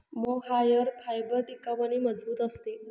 mohair fibre टिकाऊ आणि मजबूत असते